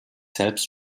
selbst